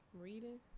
reading